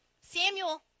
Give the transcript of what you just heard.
Samuel